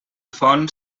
font